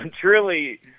truly